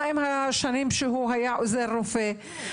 מה עם השנים שהוא היה עוזר רופא?